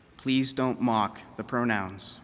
please don't mock the pronouns